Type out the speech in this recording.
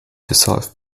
dissolve